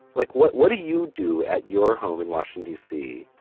like what? what do you do at your home in washington, d c.